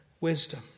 wisdom